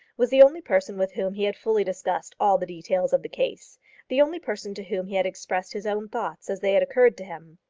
was the only person with whom he had fully discussed all the details of the case the only person to whom he had expressed his own thoughts as they had occurred to him.